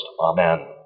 Amen